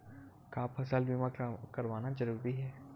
का फसल बीमा करवाना ज़रूरी हवय?